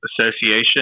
Association